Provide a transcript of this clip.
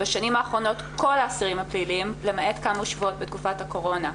בשנים האחרונות כל האסירים הפעילים למעט כמה שבועות בתקופת הקורונה,